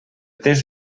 temps